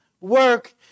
work